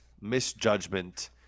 misjudgment